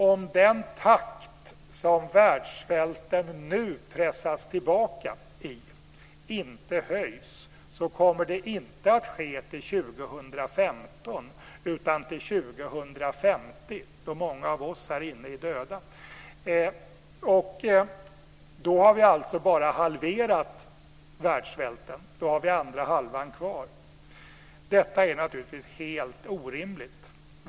Om den takt som världssvälten nu pressas tillbaka i inte höjs kommer det inte att ske till 2015 utan till 2050 då många av oss här inne är döda. Då har vi alltså bara halverat världssvälten. Då har vi andra halvan kvar. Detta är naturligtvis helt orimligt.